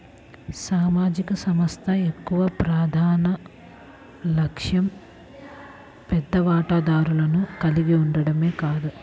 సామాజిక సంస్థ యొక్క ప్రధాన లక్ష్యం పెద్ద వాటాదారులను కలిగి ఉండటమే కాదు